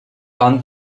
pan